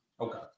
Okay